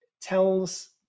tells